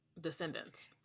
descendants